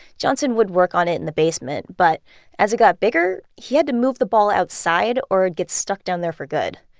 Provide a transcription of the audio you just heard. johnson would work on it in the basement, but as it got bigger, he had to move the ball outside, or it would get stuck down there for good.